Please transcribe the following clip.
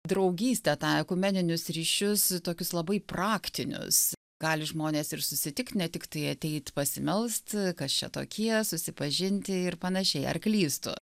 draugystę tą ekumeninius ryšius tokius labai praktinius gali žmonės ir susitikt ne tiktai ateit pasimelst kas čia tokie susipažinti ir panašiai ar klystu